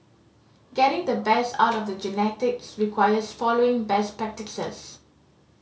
getting the best out of the genetics requires following best practices